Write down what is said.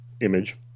image